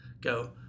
go